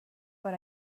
but